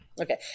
Okay